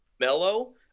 mellow